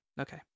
Okay